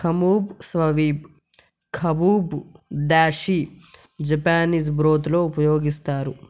ఖబుబ్ సవీద్ ఖబుబ్ దాషి జపనీస్ బ్రోత్లో ఉపయోగిస్తారు